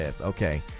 Okay